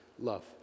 love